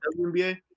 WNBA